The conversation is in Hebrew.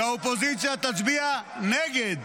והאופוזיציה תצביע נגד.